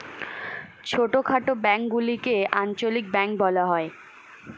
ছোটখাটো ব্যাঙ্কগুলিকে আঞ্চলিক ব্যাঙ্ক বলা হয়